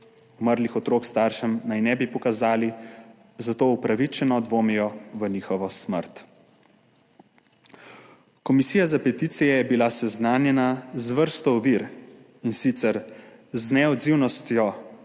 Umrlih otrok staršem naj ne bi pokazali, zato upravičeno dvomijo v njihovo smrt. Komisija za peticije je bila seznanjena z vrsto ovir, in sicer z neodzivnostjo